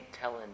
telling